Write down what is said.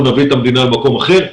אנחנו נביא את המדינה למקום אחר.